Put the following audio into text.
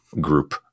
group